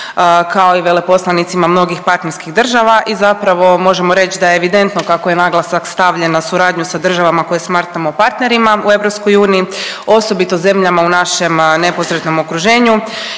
kao i veleposlanicima mnogih partnerskih država i zapravo možemo reć da je evidentno kako je naglasak stavljen na suradnju sa državama koje smatramo partnerima u EU, osobito zemljama u našem neposrednom okruženju